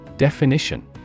Definition